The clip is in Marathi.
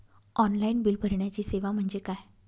ऑनलाईन बिल भरण्याची सेवा म्हणजे काय?